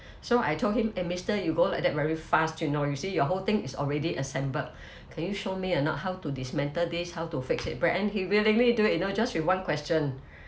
so I told him eh mister you go like that very fast you know you see your whole thing is already assembled can you show me or not how to dismantle this how to fix it back and he willingly do it you know just with one question